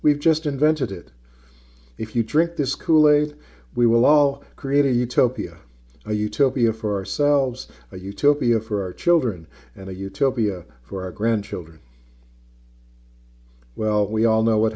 we've just invented it if you drink this kool aid we will all create a utopia a utopia for ourselves a utopia for our children and a utopia for our grandchildren well we all know what